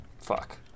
fuck